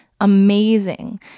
Amazing